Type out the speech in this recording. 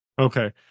Okay